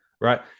right